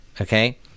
Okay